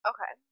Okay